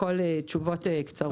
הכול תשובות קצרות.